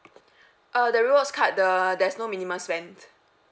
uh the rewards card the there's no minimum spent